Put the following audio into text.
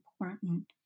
important